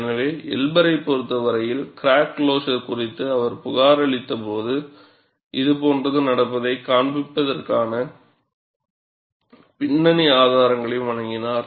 எனவே எல்பரைப் பொறுத்தவரையில் கிராக் க்ளோஸர் குறித்து அவர் புகாரளித்தபோது இதுபோன்றது நடப்பதைக் காண்பிப்பதற்கான பின்னணி ஆதாரங்களையும் வழங்கினார்